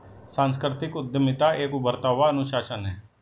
सांस्कृतिक उद्यमिता एक उभरता हुआ अनुशासन है